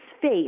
face